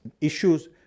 issues